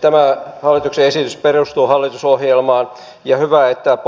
tämä hallituksen esitys perustuu hallitusohjelmaan ja hyvä että